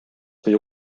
või